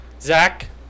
Zach